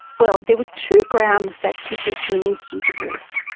well, there were two grounds that could get you an instant divorce.